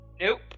Nope